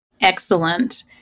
Excellent